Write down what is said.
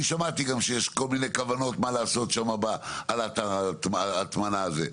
אני שמעתי גם שיש כל מיני כוונות לעשות שם על אתר ההטמנה הזה.